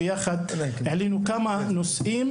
ביחד העלינו כמה נושאים,